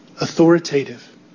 authoritative